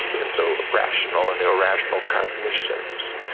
and so, rational and irrational cognitions,